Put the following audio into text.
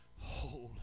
holy